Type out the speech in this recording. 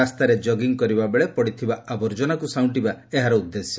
ରାସ୍ତାରେ ଜଗିଙ୍ଗ୍ କରିବା ବେଳେ ପଡ଼ିଥିବା ଆବର୍ଜନାକୁ ସାଉଁଟିବା ଏହାର ଉଦ୍ଦେଶ୍ୟ